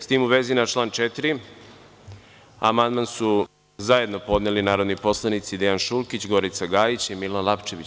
S tim u vezi, na član 4. amandman su zajedno podneli narodni poslanici Dejan Šulkić, Gorica Gajić i Milan Lapčević.